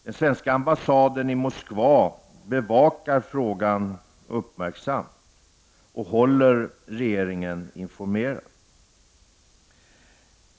Den svenska ambassaden i Moskva bevakar frågan uppmärksamt och håller regeringen informerad.